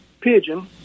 pigeon